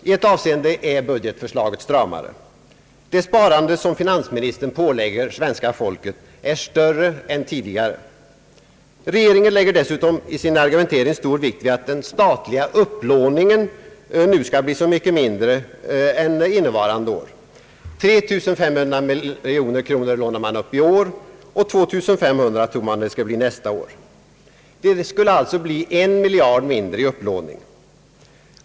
I ett avseende är budgetförslaget stramare, Det sparande som finansministern pålägger svenska folket är större än tidigare. Regeringen lägger dessutom i sin argumentering stor vikt vid att den statliga upplåningen nu skall bli så mycket mindre än under innevarande år. 3 500 miljoner kronor lånar man upp i år, och 2500 miljoner kronor tror man att det skall bli fråga om nästa år. Det skulle alltså bli en miljard mindre i upplåning.